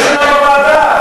בוועדה.